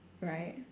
right